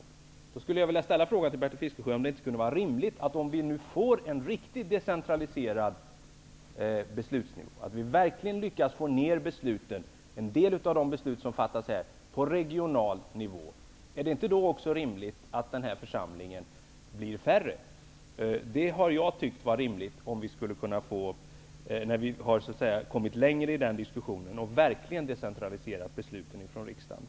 Men kunde det inte vara rimligt att vi, om vi nu får en riktigt decentraliserad beslutsnivå, verkligen ser till att vi lyckas föra en del av de beslut som fattas här ner till regional nivå? Är det då inte rimligt att vi i den här församlingen blir färre? Det har jag tyckt vara rimligt i ett läge där vi kommit längre i den diskussionen och verkligen decentraliserat besluten från riksdagen.